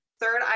third